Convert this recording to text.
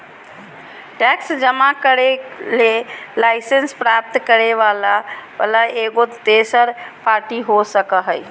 tax जमा करे ले लाइसेंस प्राप्त करे वला एगो तेसर पार्टी हो सको हइ